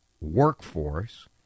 workforce